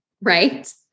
Right